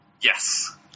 Yes